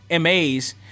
MAs